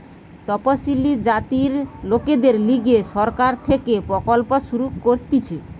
তপসিলি জাতির লোকদের লিগে সরকার থেকে প্রকল্প শুরু করতিছে